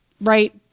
right